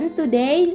today